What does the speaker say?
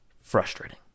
frustrating